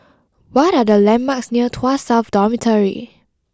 what are the landmarks near Tuas South Dormitory